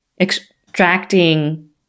extracting